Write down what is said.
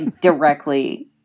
directly